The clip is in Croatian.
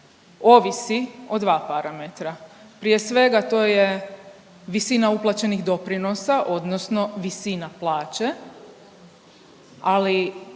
ovisi o dva parametra, prije svega to je visina uplaćenih doprinosa odnosno visina plaće ali